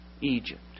Egypt